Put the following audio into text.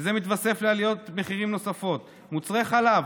שזה מתווסף לעליות מחירים נוספות, מוצרי חלב,